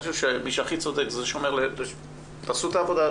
אני חושב שמי שהכי צודק זה שאומר תעשו את העבודה,